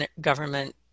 government